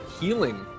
healing